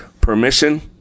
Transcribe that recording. Permission